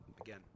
again